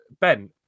Ben